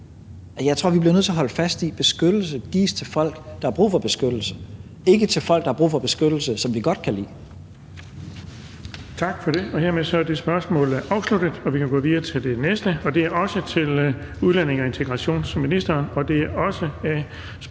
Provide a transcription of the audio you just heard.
Jeg tror, vi bliver nødt til at holde fast i: Beskyttelse gives til folk, der har brug for beskyttelse, ikke til folk, der har brug for beskyttelse, som vi godt kan lide. Kl. 16:01 Den fg. formand (Erling Bonnesen): Tak for det. Hermed er spørgsmålet afsluttet. Vi går videre til det næste spørgsmål, som også er til udlændinge- og integrationsministeren, og det er også